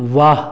वाह